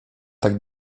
tak